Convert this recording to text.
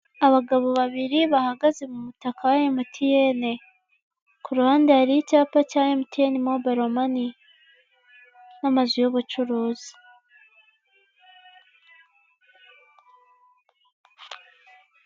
Abagabo babiri, bahagaze mu mutaka wa MTN. Ku ruhande hari icyapa cya MTN Mobayilo Mani. N'amazu y'ubucuruzi.